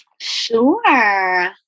Sure